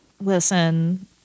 Listen